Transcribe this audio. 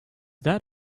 that